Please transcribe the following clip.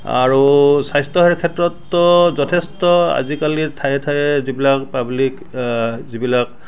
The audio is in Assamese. আৰু স্বাস্থ্যসেৱাৰ ক্ষেত্ৰততো যথেষ্ট আজিকালি ঠায়ে ঠায়ে যিবিলাক পাব্লিক যিবিলাক